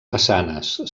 façanes